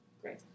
Great